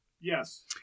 Yes